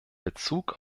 bezug